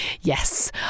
Yes